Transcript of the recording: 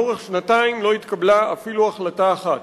לאורך שנתיים לא התקבלה אפילו החלטה אחת